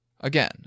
Again